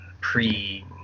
pre